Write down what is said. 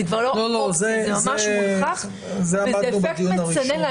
זה אפקט מצנן.